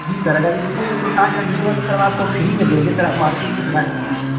जी sir अगर इसमें एक सौ साठ का नहीं होगा तो सर हम आपको फ्री में देंगे सर आप मार्केट से पता कर लीजिए